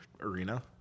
arena